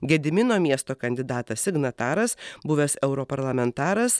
gedimino miesto kandidatas signataras buvęs europarlamentaras